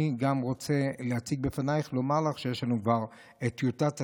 אני גם רוצה להציג בפנייך ולומר לך שיש לנו כבר את טיוטת התקנות,